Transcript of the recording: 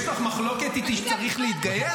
יש לך מחלוקת איתי שצריך להתגייס?